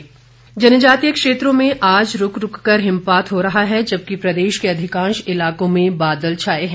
मौसम जनजातीय क्षेत्रों में आज रूक रूक कर हिमपात हो रहा है जबकि प्रदेश के अधिकांश इलाकों में बादल छाए हैं